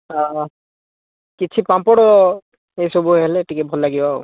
କିଛି ପାମ୍ପଡ଼ ଏସବୁ ହେଲେ ଟିକିଏ ଭଲ ଲାଗିବ ଆଉ